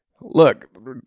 Look